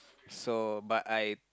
so but I